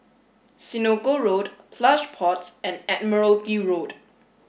Senoko Road Plush Pods and Admiralty Road